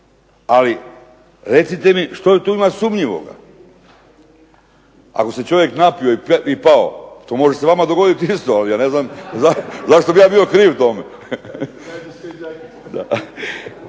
Ali recite mi što tu ima sumnjivoga? Ako se čovjek napio i pao, to može se vama dogoditi, ali ja ne znam zašto bih na bio kriv tome.